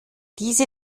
diese